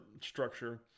structure